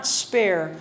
spare